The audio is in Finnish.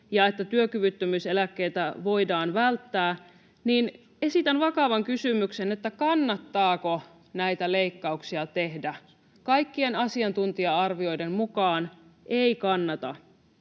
ja että työkyvyttömyyseläkkeitä voidaan välttää, niin esitän vakavan kysymyksen: kannattaako näitä leikkauksia tehdä? Kaikkien asiantuntija-arvioiden mukaan: ei kannata.